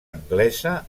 anglesa